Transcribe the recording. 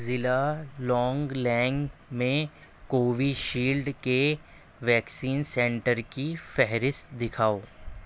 ضلع لانگلینگ میں کویشیلڈ کے ویکسین سینٹر کی فہرست دکھاؤ